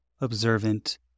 observant